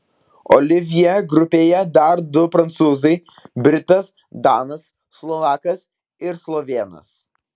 olivjė grupėje dar du prancūzai britas danas slovakas ir slovėnas